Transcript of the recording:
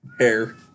hair